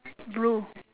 blue